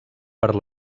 per